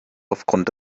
aufgrund